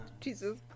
Jesus